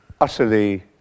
utterly